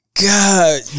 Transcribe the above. God